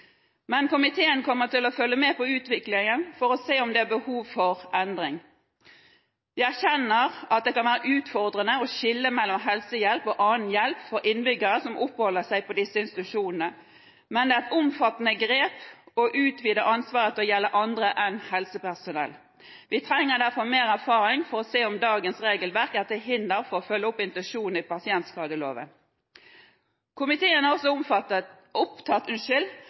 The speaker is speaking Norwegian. Men komiteen kommer til å følge med på utviklingen for å se om det er behov for endring. Vi erkjenner at det kan være utfordrende å skille mellom helsehjelp og annen hjelp for innbyggere som oppholder seg på disse institusjonene, men det er et omfattende grep å utvide ansvaret til å gjelde andre enn helsepersonell. Vi trenger derfor mer erfaring for å se om dagens regelverk er til hinder for å følge opp intensjonen i pasientskadeloven. Komiteen er også